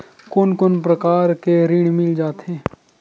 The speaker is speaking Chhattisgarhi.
कोन कोन प्रकार के ऋण मिल जाथे?